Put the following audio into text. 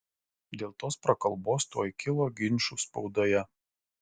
dėl tos prakalbos tuoj kilo ginčų spaudoje